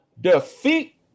Defeat